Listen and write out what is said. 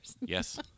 Yes